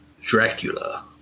Dracula